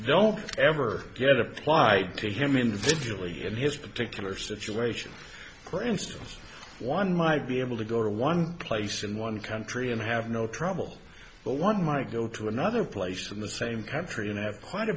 don't ever get applied to him individually in his particular situation for instance one might be able to go to one place in one country and have no trouble but one might go to another place in the same country and have quite a